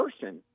person